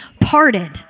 parted